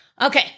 Okay